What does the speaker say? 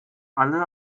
alle